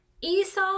Esau